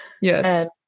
Yes